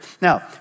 Now